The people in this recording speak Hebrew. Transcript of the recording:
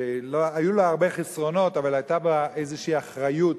היו לה הרבה חסרונות, אבל היתה בה איזושהי אחריות